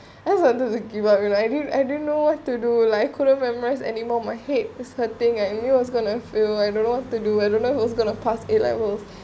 I started to give up I didn't I didn't know what to do like I couldn't memorise anymore my head is hurting I knew I was gonna fail I don't know what to do I don't know who's gonna pass A level